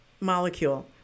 molecule